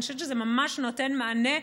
אני חושבת שזה ממש נותן מענה,